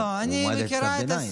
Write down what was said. לכן יש צו ביניים.